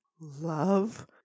love